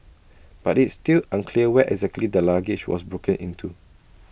but it's still unclear where exactly the luggage was broken into